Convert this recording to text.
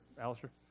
Alistair